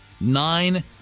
Nine